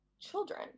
children